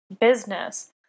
business